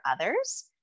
others